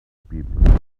people